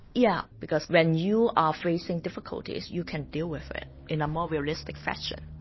yeah because when you are facing difficulties you can deal with it in a more realistic fashion.